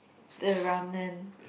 the Ramen